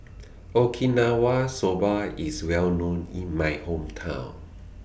Okinawa Soba IS Well known in My Hometown